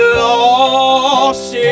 lost